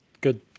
Good